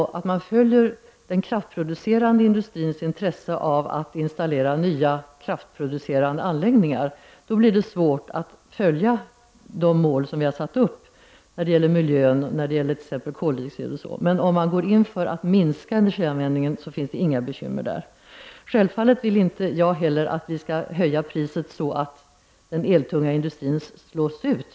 Låter man den kraftproducerande industrins intresse av att installera nya kraftproducerande anläggningar råda, blir det svårt att uppnå de mål vi har satt upp för miljön när det gäller t.ex. koldioxidutsläpp. Men går man in för att minska energianvändningen blir det inga bekymmer. Självfallet vill inte heller jag att vi skall höja priset så att den eltunga industrin slås ut.